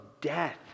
death